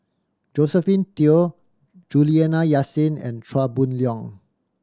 Josephine Teo Juliana Yasin and Chia Boon Leong